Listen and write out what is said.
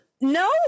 No